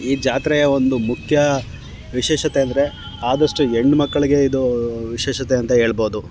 ಈ ಜಾತ್ರೆಯ ಒಂದು ಮುಖ್ಯ ವಿಶೇಷತೆ ಅಂದರೆ ಆದಷ್ಟು ಹೆಣ್ಣು ಮಕ್ಕಳಿಗೆ ಇದೂ ವಿಶೇಷತೆ ಅಂತ ಹೇಳ್ಬೋದು